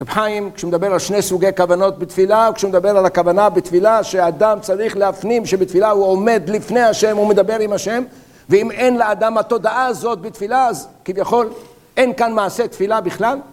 רב חיים כשהוא מדבר על שני סוגי כוונות בתפילה וכשמדבר על הכוונה בתפילה שאדם צריך להפנים שבתפילה הוא עומד לפני השם ומדבר עם השם ואם אין לאדם התודעה הזאת בתפילה אז כביכול אין כאן מעשה תפילה בכלל